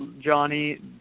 Johnny